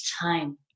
time